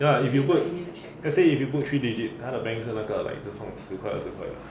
ya lah if you put let's say if you put three digit 他的 bank 是那个 like 只放十块二十块的